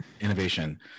innovation